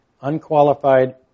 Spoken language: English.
unqualified